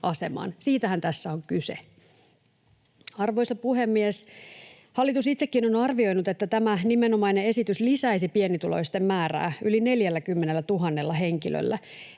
siitähän tässä on kyse. Arvoisa puhemies! Hallitus itsekin on arvioinut, että tämä nimenomainen esitys lisäisi pienituloisten määrää yli 40 000 henkilöllä.